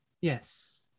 Yes